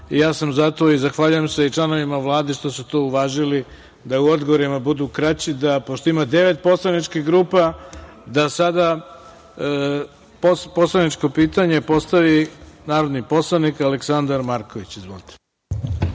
Ja sam zato i zahvaljujem se i članovima Vlade što su to uvažili da u odgovorima budu kraći, da pošto ima devet poslaničkih grupa sada poslaničko pitanje postavi narodni poslanik